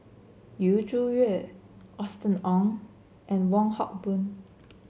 Yu Zhuye Austen Ong and Wong Hock Boon